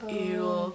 you know